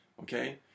okay